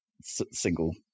single